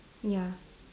ya